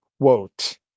quote